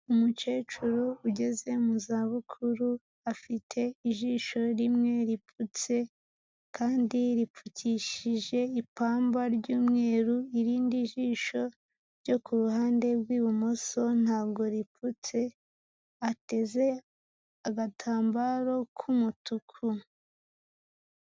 Umukecuru ugeze mu za bukuru afite ijisho rimwe ripfutse, kandi ripfukishije ipamba ry'umweru, irindi jisho ryo ku ruhande rw'ibumoso ntabwo ripfutse, ateze agatambaro k'umutuku.